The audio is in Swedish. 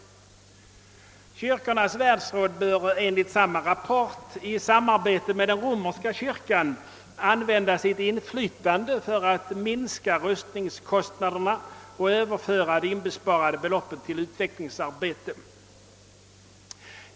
Kyrkornas världsråd bör enligt samma rapport i samarbetet med den romerska kyrkan använda sitt inflytande för att minska rustningskostnaderna och överföra de inbesparade beloppen till utvecklingsarbete.